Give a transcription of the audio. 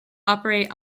operate